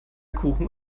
kuchen